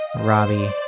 Robbie